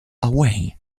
away